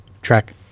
Track